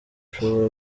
ushobora